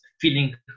feeling